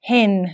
Hen